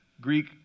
Greek